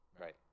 Right